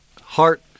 heart